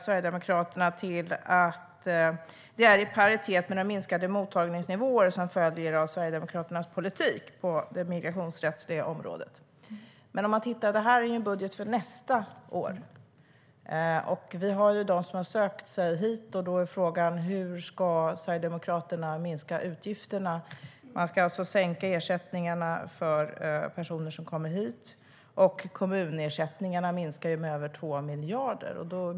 Sverigedemokraterna hänvisar till att det är i paritet med de minskade mottagningsnivåer som följer av Sverigedemokraternas politik på det migrationsrättsliga området. Detta är dock budgeten för nästa år. Vi har personer som har sökt sig hit, och då är frågan: Hur ska Sverigedemokraterna minska utgifterna? Ersättningarna till personer som kommer hit ska sänkas, och kommunersättningarna ska minskas med över 2 miljarder.